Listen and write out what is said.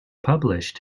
published